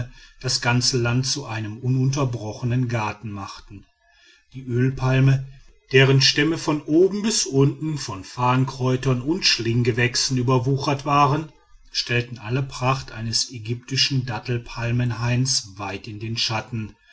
das ganze land zu einem ununterbrochenen garten machten die ölpalme deren stämme von oben bis unten von farnkräutern und schlinggewächsen überwuchert waren stellten alle pracht eines ägyptischen dattelpalmenhains weit in den schatten